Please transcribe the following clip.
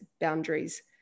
boundaries